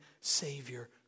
savior